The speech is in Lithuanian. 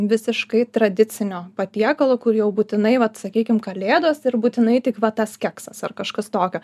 visiškai tradicinio patiekalo kur jau būtinai vat sakykim kalėdos ir būtinai tik va tas keksas ar kažkas tokio